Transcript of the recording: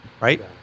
right